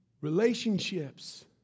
Relationships